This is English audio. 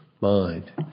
mind